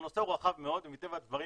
הנושא הוא רחב מאוד ומטבע הדברים